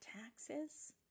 taxes